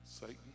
Satan